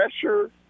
pressure